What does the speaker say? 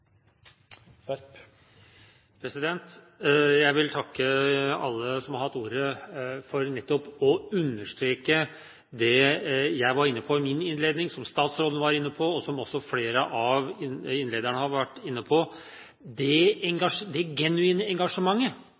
til. Jeg vil takke alle som har hatt ordet for nettopp å understreke det jeg var inne på i min innledning, det som statsråden var inne på, og det som også flere av talerne har vært inne på. Det genuine engasjementet